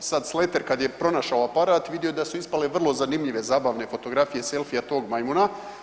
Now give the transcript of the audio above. I sad Slater kad je pronašao aparat vidio je da su ispale vrlo zanimljive zabavne fotografije selfija tog majmuna.